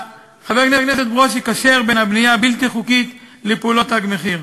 חבר הכנסת ברושי קושר בין הבנייה הבלתי-חוקית לפעולות "תג מחיר".